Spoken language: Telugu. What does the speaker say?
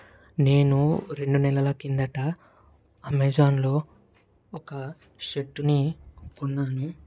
నేను రెండు నెలల కిందట అమెజాన్లో ఒక షర్టుని కొన్నాను